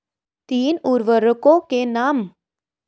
तीन उर्वरकों के नाम?